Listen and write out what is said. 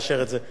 תודה,